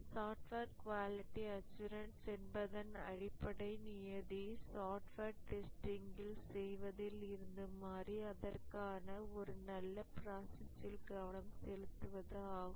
software quality assurance என்பதன் அடிப்படை நியதி சாஃப்ட்வேர் டெஸ்டிங் செய்வதில் இருந்து மாறி அதற்கான ஒரு நல்ல ப்ராசஸ்ஸில் கவனம் செலுத்துவது ஆகும்